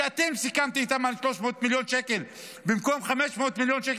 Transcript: אתם סיכמתם איתה על 300 מיליון שקל במקום 500 מיליון שקל